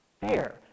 fair